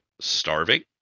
starving